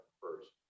first